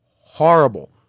Horrible